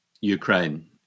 Ukraine